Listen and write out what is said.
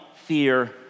fear